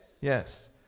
Yes